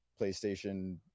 PlayStation